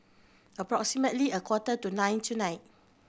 approximately a quarter to nine tonight